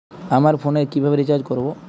আমার ফোনে কিভাবে রিচার্জ করবো?